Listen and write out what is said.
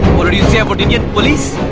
what did you say about indian police?